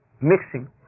Mixing